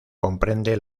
comprende